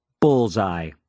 bullseye